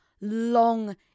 long